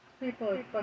People